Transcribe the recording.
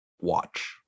Watch